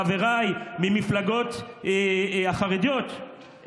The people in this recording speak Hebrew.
חבריי מהמפלגות החרדיות,